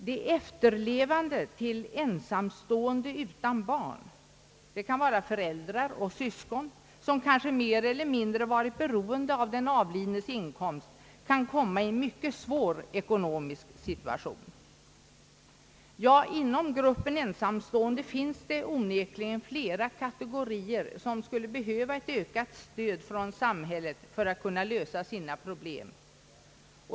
De efterlevande till ensamstående utan barn, t.ex. föräldrar och syskon som kanske mer eller mindre varit beroende av den avlidnas inkomst, kan komma i en mycket svår ekonomisk situation. Inom gruppen ensamstående finns det onekligen flera kategorier som skulle behöva ökat stöd från samhället för att kunna lösa sina problem.